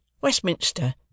Westminster